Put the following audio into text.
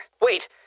Wait